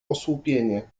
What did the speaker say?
osłupienie